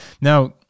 now